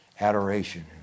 adoration